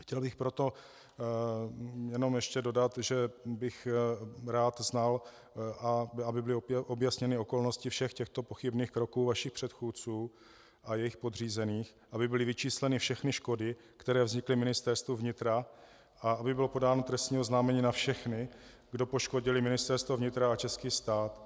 Chtěl bych proto jenom ještě dodat, že bych rád znal, aby byly objasněny okolnosti všech těchto pochybných kroků vašich předchůdců a jejich podřízených, aby byly vyčísleny všechny škody, které vznikly Ministerstvu vnitra, a aby bylo podáno trestní oznámení na všechny, kdo poškodili Ministerstvo vnitra a český stát.